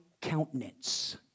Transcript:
countenance